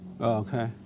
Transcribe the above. okay